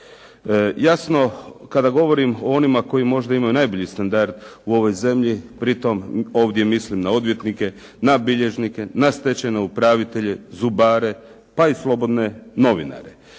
Jasno kada govorim o onima koji možda imaju najbolji standard u ovoj zemlji pritom ovdje mislim na odvjetnike, na bilježnike, na stečajne upravitelje, zubare, pa i slobodne novinare.